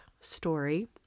story